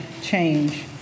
change